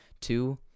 Two